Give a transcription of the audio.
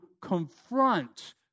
confront